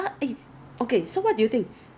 eh 有 expire date ah 你不可以